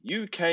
UK